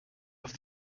off